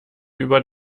über